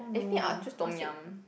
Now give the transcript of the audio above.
if me I'll choose Tom-Yum